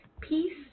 peace